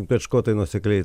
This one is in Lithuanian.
bet škotai nuosekliai